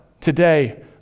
today